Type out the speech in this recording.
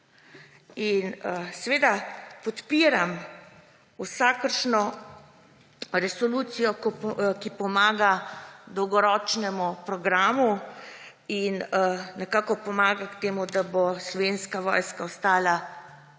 In seveda podpiram vsakršno resolucijo, ki pomaga dolgoročnemu programu in nekako pomaga k temu, da bo slovenska vojska ostala